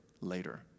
later